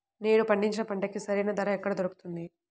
నేను పండించిన పంటకి సరైన ధర ఎక్కడ దొరుకుతుంది?